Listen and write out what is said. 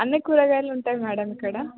అన్ని కూరగాయలు ఉంటాయి మేడం ఇక్కడ